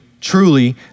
truly